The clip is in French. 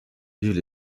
vivent